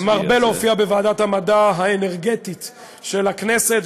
אני מרבה להופיע בוועדת המדע האנרגטית של הכנסת,